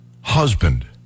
husband